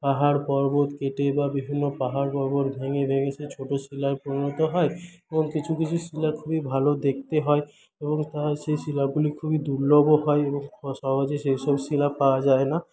পাহাড় পর্বত কেটে বা বিভিন্ন পাহাড় পর্বত ভেঙে সেই ছোটো শিলায় পরিণত হয় ও কিছু কিছু শিলা খুবই ভালো দেখতে হয় এবং তার সেই শিলাগুলি খুবই দুর্লভও হয় এবং সহজে সেসব শিলা পাওয়া যায় না